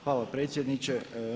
Hvala predsjedniče.